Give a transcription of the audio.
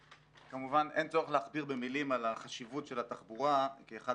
כמובן אין צורך להכביר במילים על החשיבות של התחבורה כאחד